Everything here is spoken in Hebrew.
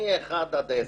מ-1 עד 10,